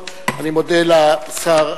באותו נושא,